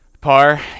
Par